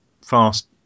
fast